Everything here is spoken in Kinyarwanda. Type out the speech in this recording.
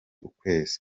ukwezi